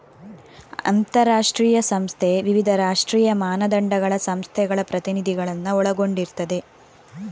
ಅಂತಾರಾಷ್ಟ್ರೀಯ ಸಂಸ್ಥೆ ವಿವಿಧ ರಾಷ್ಟ್ರೀಯ ಮಾನದಂಡಗಳ ಸಂಸ್ಥೆಗಳ ಪ್ರತಿನಿಧಿಗಳನ್ನ ಒಳಗೊಂಡಿರ್ತದೆ